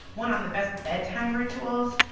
one on the best bedtime rituals.